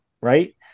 right